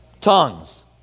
Tongues